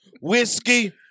whiskey